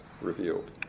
revealed